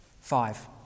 Five